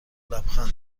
لبخند